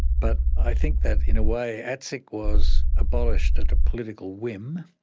but i think that in a way atsic was abolished at a political whim.